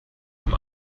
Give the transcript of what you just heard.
zum